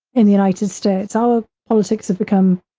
in the united states, our politics have become,